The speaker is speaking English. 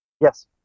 yes